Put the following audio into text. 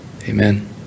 amen